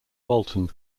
walton